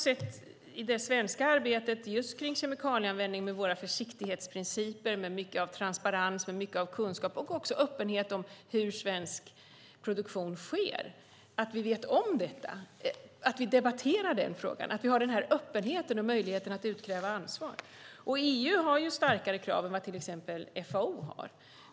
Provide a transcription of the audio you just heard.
I det svenska arbetet kring kemikalieanvändning, med våra försiktighetsprinciper, med mycket av transparens, med mycket av kunskap och också öppenhet om hur svensk produktion sker, har jag sett att vi vet om detta. Vi debatterar frågan, och vi har öppenheten och möjligheter att utkräva ansvar. EU har starkare krav än till exempel FAO har.